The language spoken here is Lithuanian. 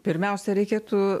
pirmiausia reikėtų